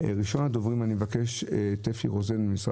ראשון הדוברים יהיה אפי רוזן ממשרד